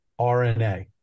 RNA